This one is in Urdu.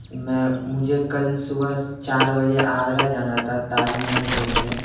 میں مجھے کل صبح چار بجے آگرہ جانا تھا تاج محل گھومنے